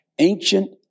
ancient